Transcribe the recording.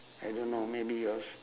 I don't know maybe yours